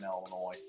Illinois